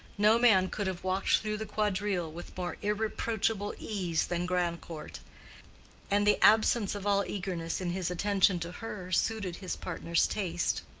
no man could have walked through the quadrille with more irreproachable ease than grandcourt and the absence of all eagerness in his attention to her suited his partner's taste.